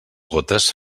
gotes